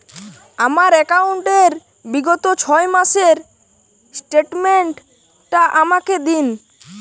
আমার অ্যাকাউন্ট র বিগত ছয় মাসের স্টেটমেন্ট টা আমাকে দিন?